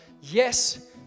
yes